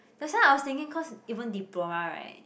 that's why I was thinking cause even diploma right